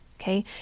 Okay